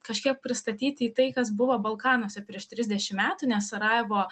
kažkiek pristatyti į tai kas buvo balkanuose prieš trisdešim metų nes sarajevo